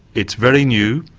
it's very new,